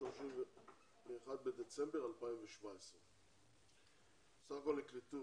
ב-31 בדצמבר 2017. בסך הכול נקלטו